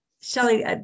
Shelly